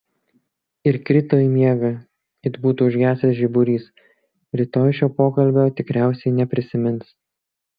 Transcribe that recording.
ir krito į miegą it būtų užgesęs žiburys rytoj šio pokalbio tikriausiai neprisimins